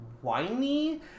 whiny